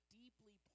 deeply